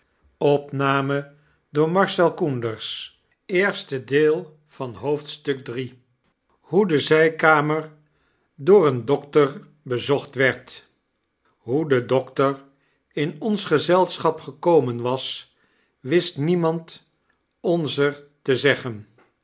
iii hoe de zijkamer door een dokter bezocht werd hoe de dokter in ons gezelschap gekomen was wist demand onzer te zeggen